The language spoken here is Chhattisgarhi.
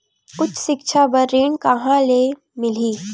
उच्च सिक्छा बर ऋण कहां ले मिलही?